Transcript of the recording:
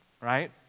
right